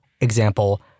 example